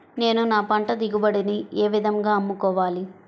నేను నా పంట దిగుబడిని ఏ విధంగా అమ్ముకోవాలి?